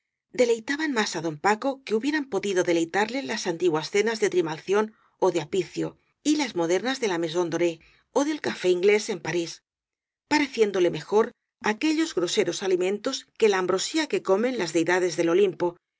deleitaban más á don paco que hubieran podido deleitarle las antiguas cenas de rimalción ó de apicio y las modernas de la m aison doree ó del café inglés en parís pareciéndole mejor aquellos groseros alimentos que la ambrosía que comen las deidades del olimpo